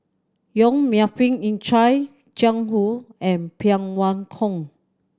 Yong Melvin Yik Chye Jiang Hu and Phan Wait Hong